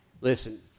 Listen